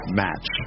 match